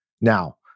Now